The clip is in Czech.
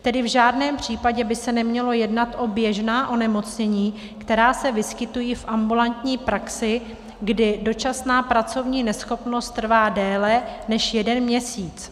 Tedy v žádném případě by se nemělo jednat o běžná onemocnění, která se vyskytují v ambulantní praxi, kdy dočasná pracovní neschopnost trvá déle než jeden měsíc.